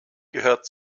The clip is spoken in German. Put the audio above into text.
gehört